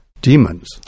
demons